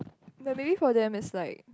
but maybe for them it's like